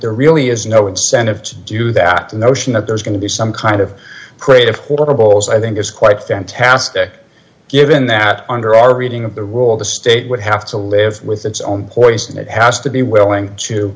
there really is no incentive to do that the notion that there's going to be some kind of creative portables i think is quite fantastic given that under our reading of the rule the state would have to live with its own poison it has to be willing